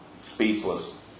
speechless